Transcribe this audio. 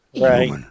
Right